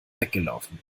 weggelaufen